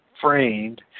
framed